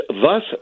thus